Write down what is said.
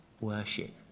worship